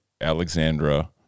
Alexandra